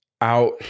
out